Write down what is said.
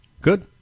Good